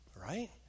right